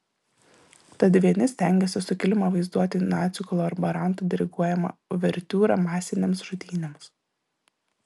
tad vieni stengiasi sukilimą vaizduoti nacių kolaborantų diriguojama uvertiūra masinėms žudynėms